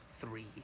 three